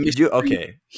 okay